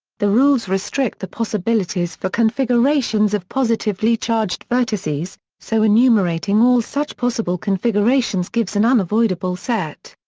the rules restrict the possibilities for configurations of positively-charged vertices, so enumerating all such possible configurations gives an unavoidable set.